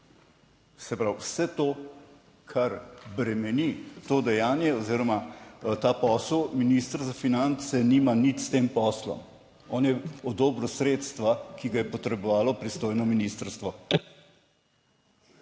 Se pravi, vse to, kar bremeni to dejanje oziroma ta posel, minister za finance nima nič s tem poslom. On je odobril sredstva, ki ga je potrebovalo pristojno ministrstvo.